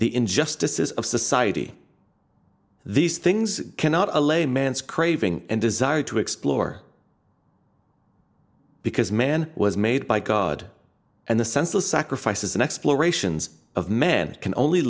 the injustices of society these things cannot allay man's craving and desire to explore because man was made by god and the senseless sacrifices and explorations of men can only